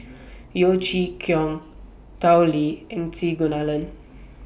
Yeo Chee Kiong Tao Li and C Kunalan